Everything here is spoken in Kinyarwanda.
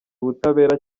ubutabera